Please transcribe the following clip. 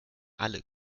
alle